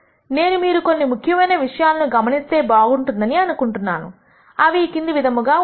నేను మీరు కొన్ని ముఖ్యమైన విషయాలను గమనిస్తే బాగుంటుందని అని అనుకుంటున్నాను అవి ఈ క్రింది విధంగా ఉన్నాయి